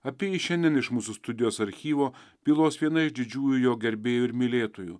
apie jį šiandien iš mūsų studijos archyvo bylos viena iš didžiųjų jo gerbėjų ir mylėtojų